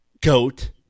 GOAT